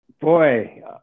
boy